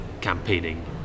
campaigning